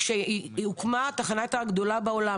כשהוקמה היא הייתה התחנה הגדולה בעולם,